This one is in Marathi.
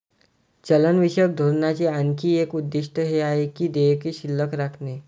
चलनविषयक धोरणाचे आणखी एक उद्दिष्ट हे आहे की देयके शिल्लक राखणे